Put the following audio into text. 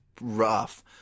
rough